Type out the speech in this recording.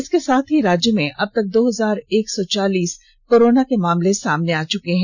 इसके साथ ही राज्य में अबतक दो हजार एक सौ चालीस कोरोना के मामले सामने आ चुके हैं